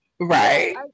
right